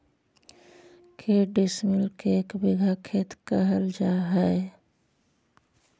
के डिसमिल के एक बिघा खेत कहल जा है?